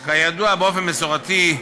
כידוע, באופן מסורתי,